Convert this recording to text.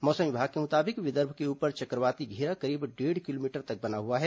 मौसम विभाग के मुताबिक विदर्भ के ऊपर चक्रवाती घेरा करीब डेढ़ किलोमीटर तक बना हुआ है